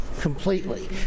completely